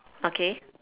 okay